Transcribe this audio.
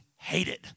Hated